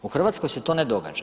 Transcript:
U Hrvatskoj se to ne događa.